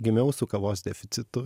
gimiau su kavos deficitu